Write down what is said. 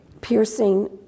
piercing